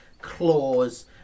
claws